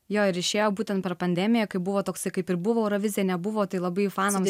jo ir išėjo būtent per pandemiją kai buvo toks kaip ir buvo eurovizija nebuvo tai labai fanams